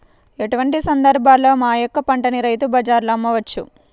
ఎటువంటి సందర్బాలలో మా యొక్క పంటని రైతు బజార్లలో అమ్మవచ్చు?